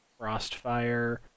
Frostfire